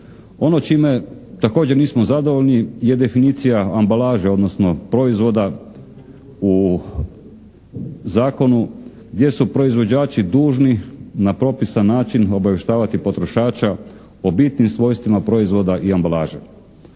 Ono čime također nismo zadovoljni je definicija ambalaže odnosno proizvoda u zakonu gdje su proizvođači dužni na propisan način obavještavati potrošača o bitnim svojstvima proizvoda i ambalaže.